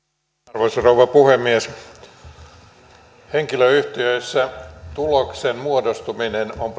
arvoisa rouva puhemies henkilöyhtiössä tuloksen muodostuminen on